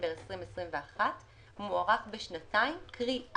בדצמבר 2021 מוארך בשנתיים קרי,